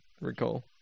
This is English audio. Recall